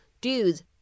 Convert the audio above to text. Dues